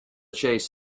chase